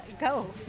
go